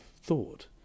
thought